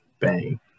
bang